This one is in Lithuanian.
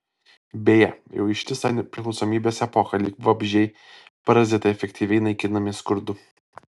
beje jau ištisą nepriklausomybės epochą lyg vabzdžiai parazitai efektyviai naikinami skurdu